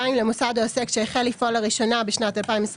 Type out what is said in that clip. למוסד או עוסק שהחל לפעול לראשונה בשנת 2023